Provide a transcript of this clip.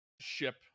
ship